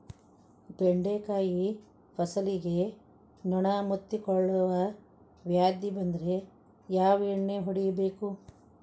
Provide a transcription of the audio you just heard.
ಬೆಂಡೆಕಾಯ ಫಸಲಿಗೆ ನೊಣ ಮುತ್ತಿಕೊಳ್ಳುವ ವ್ಯಾಧಿ ಬಂದ್ರ ಯಾವ ಎಣ್ಣಿ ಹೊಡಿಯಬೇಕು?